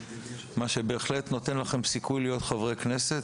מה שבהחלט נותן לכם סיכוי להיות חברי כנסת,